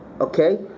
Okay